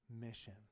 mission